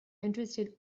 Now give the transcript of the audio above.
interested